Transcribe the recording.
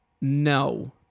no